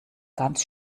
ganz